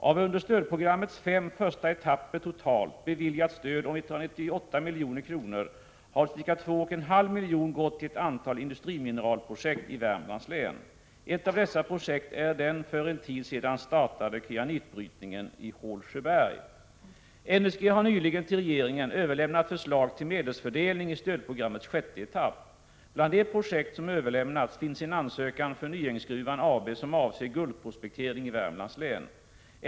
Av under stödprogrammets fem första etapper totalt beviljat stöd om ca 198 milj.kr. har ca 2,5 milj.kr. gått till ett antal industrimineralprojekt i Värmlands län. Ett av dessa projekt är den för en tid sedan startade kyanitbrytningen i Hålsjöberg. NSG har nyligen till regeringen överlämnat förslag till medelsfördelning i stödprogrammets sjätte etapp. Bland de projekt som överlämnats finns en ansökan från Nyängsgruvan AB som avser guldprospektering i Värmlands län.